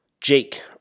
Jake